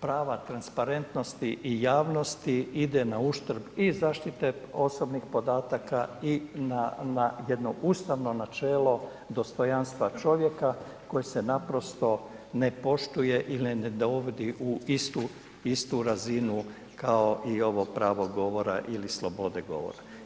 prava, transparentnosti i javnosti ide na uštrb i zaštite osobnih podataka i na jedno ustavno načelo dostojanstva čovjek koje se naprosto ne poštuje ili ne dovodi u istu razinu kao i ovo pravo govora ili slobode govora.